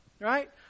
Right